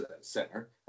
Center